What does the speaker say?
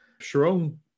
Sharon